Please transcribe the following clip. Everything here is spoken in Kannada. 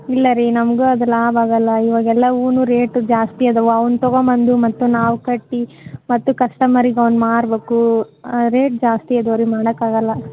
ಇಲ್ಲ ರೀ ನಮಗೂ ಅದು ಲಾಭ ಆಗೋಲ್ಲ ಇವಾಗ ಎಲ್ಲ ಹೂನು ರೇಟು ಜಾಸ್ತಿ ಅದವೆ ಅವನ್ನು ತಗೊಂಡು ಬಂದು ಮತ್ತೆ ನಾವು ಕಟ್ಟಿ ಮತ್ತೆ ಕಸ್ಟಮರಿಗೆ ಅವನ್ನು ಮಾರ್ಬೇಕು ರೇಟ್ ಜಾಸ್ತಿ ಅದವೆ ರೀ ಮಾಡೋಕ್ಕಾಗಲ್ಲ